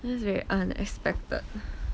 that's very unexpected